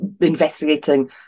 investigating